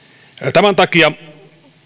tämän takia